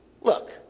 Look